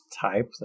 type